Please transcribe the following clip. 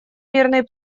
мирный